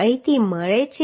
અહીંથી મળી શકે છે